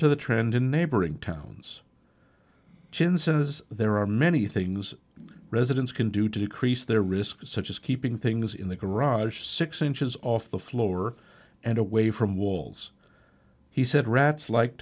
to the trend in the neighboring towns since it is there are many things residents can do to decrease their risk such as keeping things in the garage six inches off the floor and away from walls he said rats like